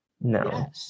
No